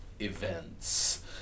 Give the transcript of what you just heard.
events